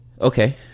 Okay